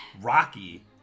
Rocky